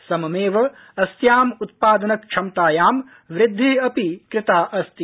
सममेव अस्याम् उत्पादनक्षमतायां वृद्धि अपि कृता अस्ति